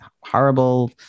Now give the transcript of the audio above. horrible